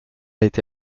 été